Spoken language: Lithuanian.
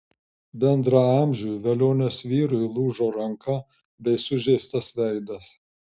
bendraamžiui velionės vyrui lūžo ranka bei sužeistas veidas